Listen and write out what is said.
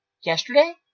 yesterday